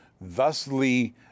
thusly